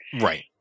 right